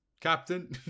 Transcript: captain